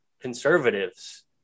conservatives